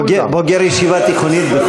בוגר ישיבה תיכונית,